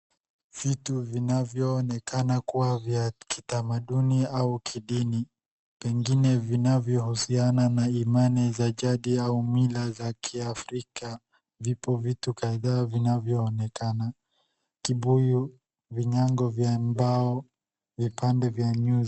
Vitu vinavyoonekana kuwa vya kitamaduni au kidini pengine vinavyohusiana na imani za jadi au mila za kiafrika. Vipo vitu kadhaa vinavyoonekana, kibuyu, vinyango vya mbao, vipande vya nyuzi.